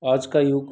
आज का युग